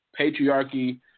patriarchy